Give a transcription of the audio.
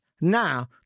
Now